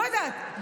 לא יודעת,